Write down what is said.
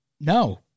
no